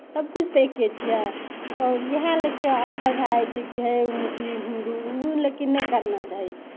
सभकिछु तऽ एक्के छियै आओर इएह लऽ कऽ अन्तर भऽ जाइ छै कि है ओ मुस्लिम हिन्दू ओ लेकिन नहि करना चाही